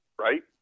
Right